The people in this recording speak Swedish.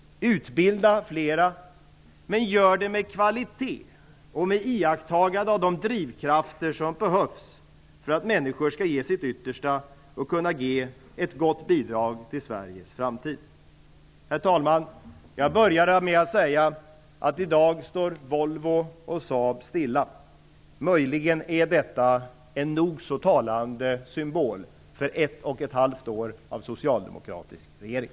Utbilda flera, men gör det med kvalitet och med iakttagande av de drivkrafter som behövs för att människor skall ge sitt yttersta och kunna ge ett gott bidrag till Sveriges framtid. Herr talman! Jag började med att säga att i dag står Volvo och Saab stilla. Möjligen är denna bild en nog så talande symbol för ett och ett halvt år av socialdemokratisk regering.